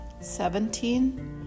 seventeen